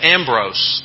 Ambrose